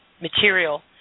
material